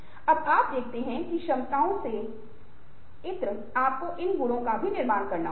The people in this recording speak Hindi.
अब आप देखते हैं कि क्षमताओं से इतर आपको इन गुणों का भी निर्माण करना होगा